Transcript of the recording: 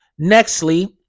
nextly